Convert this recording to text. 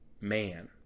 man